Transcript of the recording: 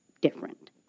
different